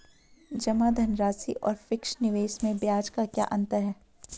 जमा धनराशि और फिक्स निवेश में ब्याज का क्या अंतर है?